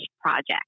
project